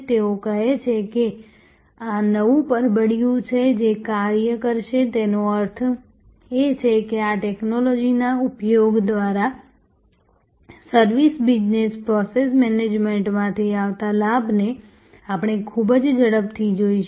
તેઓ કહે છે કે આ નવું પરબિડીયું છે જે કાર્ય કરશે તેનો અર્થ એ છે કે આ ટેક્નોલોજીના ઉપયોગ દ્વારા સર્વિસ બિઝનેસ પ્રોસેસ મેનેજમેન્ટમાંથી આવતા લાભને આપણે ખૂબ જ ઝડપથી જોઈશું